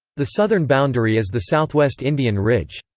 the southern boundary is the southwest indian ridge.